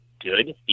good